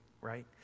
right